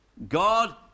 God